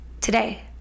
today